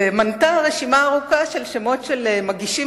ואז היא מנתה רשימה ארוכה של שמות של מגישים